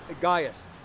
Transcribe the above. Gaius